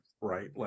right